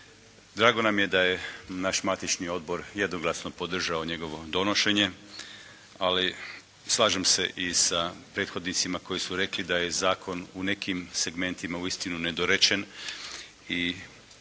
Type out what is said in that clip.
Drago nam je da je naš matični odbor jednoglasno podržao njegovo donošenje, ali slažem se i sa prethodnicima koji su rekli da je zakon u nekim segmentima uistinu nedorečen i ja